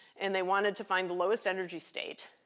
and they wanted to find the lowest energy state.